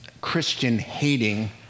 Christian-hating